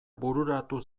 bururatu